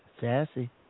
Sassy